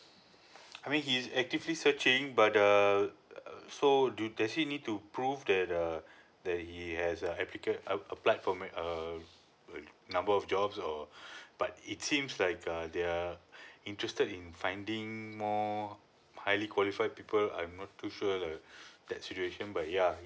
I mean he is actively searching but err so do does he need to prove that uh that he has a applicant uh applied for ma~ err a number of jobs or but it seems like uh they are interested in finding more highly qualified people uh I'm not too sure the that situation but yeah